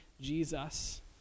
Jesus